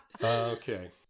Okay